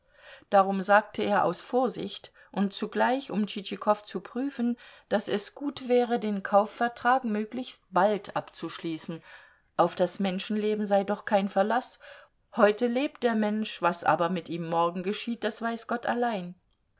darum sagte er aus vorsicht und zugleich um tschitschikow zu prüfen daß es gut wäre den kaufvertrag möglichst bald abzuschließen auf das menschenleben sei doch kein verlaß heute lebt der mensch was aber mit ihm morgen geschieht das weiß gott allein